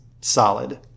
solid